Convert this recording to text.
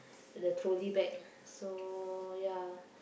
the trolley bag so ya